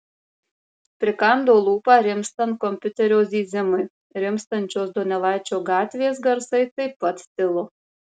prikando lūpą rimstant kompiuterio zyzimui rimstančios donelaičio gatvės garsai taip pat tilo